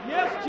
Yes